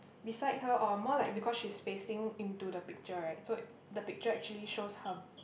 beside her or more like because she's facing into the picture right so the picture actually shows her